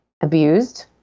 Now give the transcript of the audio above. abused